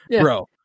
bro